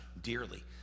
dearly